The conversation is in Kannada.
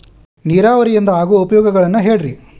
ನೇರಾವರಿಯಿಂದ ಆಗೋ ಉಪಯೋಗಗಳನ್ನು ಹೇಳ್ರಿ